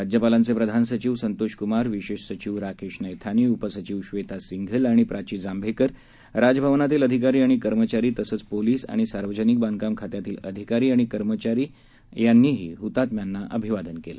राज्यपालांचेप्रधानसचिवसंतोषकुमार विशेषसचिवराकेशनैथानी उपसचिवश्वेतासिंघलआणिप्राचीजांभेकर राजभवनातीलअधिकारीआणिकर्मचारीतसेचपोलीसआणिसार्वजनिकबांधकामखात्यातीलअधिकारीआणिकर्मचारीयांनीहीहुतात्म्यांनाअभि वादनकेले